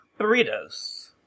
burritos